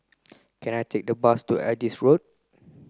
can I take the bus to Adis Road